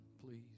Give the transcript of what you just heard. please